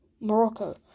Morocco